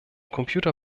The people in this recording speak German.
computer